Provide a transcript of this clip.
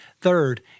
Third